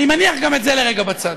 אני מניח גם את זה לרגע בצד.